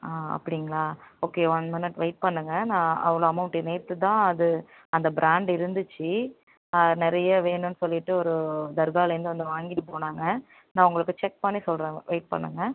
ஆ அப்படிங்களா okay one minute wait பண்ணுங்கள் நான் அவ்வளோ அமௌன்ட்டு நேற்று தான் அது அந்த ப்ராண்டு இருந்துச்சு நிறைய வேணுன்னு சொல்லிவிட்டு ஒரு தர்காலேந்து வந்து வாங்கிட்டு போனாங்க நான் உங்களுக்கு செக் பண்ணி சொல்லுறேன் வெயிட் பண்ணுங்கள்